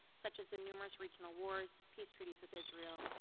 such as the numerous regional wars, peace treaties with israel,